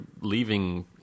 leaving